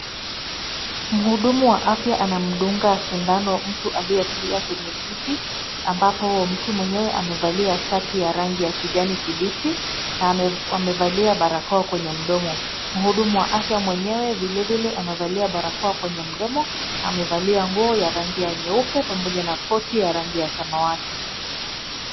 Mhudumu wa afya anamdunga sindano mtu aliyekalia kwenye kiti, ambapo mtu mwenyewe amevalia shati ya rangi ya kijani kibichi na amevalia barakoa kwenye mdomo. Mhudumu wa afya mwenyewe, vilevile, amevalia barakoa kwenye mdomo, amevalia nguo ya rangi ya nyeupe, pamoja na koti ya rangi ya samawati.